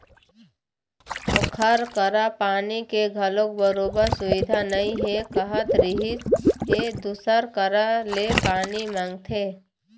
ओखर करा पानी के घलोक बरोबर सुबिधा नइ हे कहत रिहिस हे दूसर करा ले पानी मांगथे